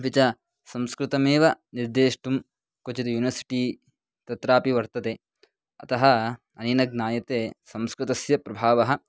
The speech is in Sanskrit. अपि च संस्कृतमेव निर्देष्टुं क्वचित् यूनिवर्सिटि तत्रापि वर्तते अतः अनेन ज्ञायते संस्कृतस्य प्रभावः